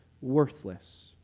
worthless